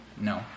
No